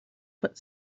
put